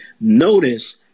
Notice